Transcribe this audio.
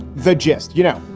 the gist, you know,